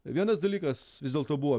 vienas dalykas vis dėlto buvo